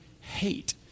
hate